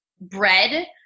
bread